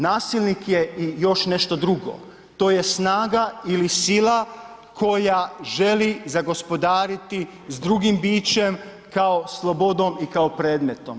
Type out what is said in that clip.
Nasilnik je i još nešto drugo, to je snaga ili sila koja želi zagospodariti s drugim bićem kao slobodom i kao predmetom.